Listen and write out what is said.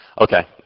Okay